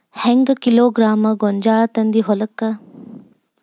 ಹೆಂಗ್ ಕಿಲೋಗ್ರಾಂ ಗೋಂಜಾಳ ತಂದಿ ಹೊಲಕ್ಕ?